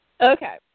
Okay